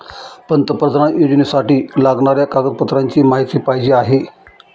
पंतप्रधान योजनेसाठी लागणाऱ्या कागदपत्रांची माहिती पाहिजे आहे